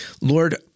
Lord